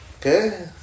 Okay